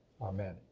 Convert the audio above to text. Amen